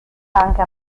anche